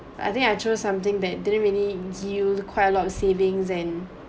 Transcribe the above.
I think I choose something that didn't really yield quite a lot of savings and